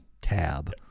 tab